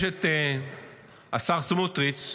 יש את השר סמוטריץ',